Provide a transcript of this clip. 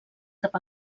cap